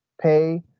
pay